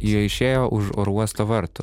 jie išėjo už oro uosto vartų